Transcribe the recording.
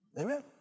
Amen